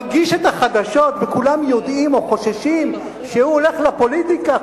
מגיש את החדשות וכולם יודעים או חוששים שהוא הולך לפוליטיקה,